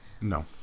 No